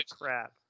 crap